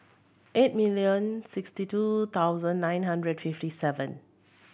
eight million sixty two thousand nine hundred fifty seven